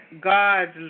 God's